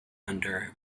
under